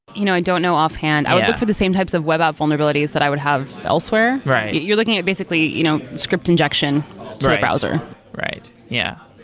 you know i don't know offhand. i would look for the same types of web app vulnerabilities that i would have elsewhere. you're looking at basically you know script injection to the browser right. yeah,